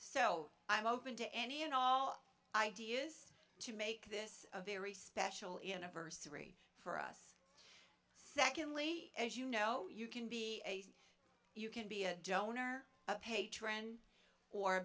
so i'm open to any and all ideas to make this a very special in a verse three for us secondly as you know you can be you can be a donor a patron or